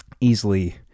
Easily